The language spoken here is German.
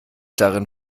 darin